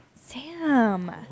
Sam